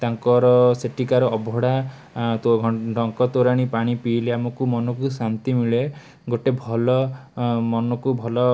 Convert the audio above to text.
ତାଙ୍କର ସେଠିକାର ଅଭଡ଼ା ଡଙ୍କ ତୋରାଣି ପାଣି ପିଇଲେ ଆମକୁ ମନକୁ ଶାନ୍ତି ମିଳେ ଗୋଟେ ଭଲ ଅଁ ମନକୁ ଭଲ